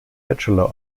bachelor